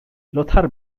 lothar